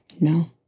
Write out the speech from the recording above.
No